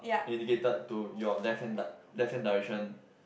indicated to your left hand die left hand direction